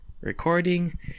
Recording